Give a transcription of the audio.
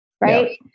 right